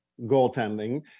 goaltending